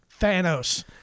Thanos